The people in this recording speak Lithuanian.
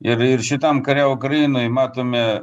ir ir šitam kare ukrainoj matome